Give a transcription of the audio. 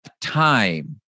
time